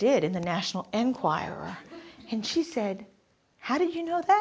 did in the national enquirer and she said how did you know that